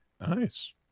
Nice